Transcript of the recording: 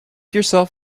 yourselves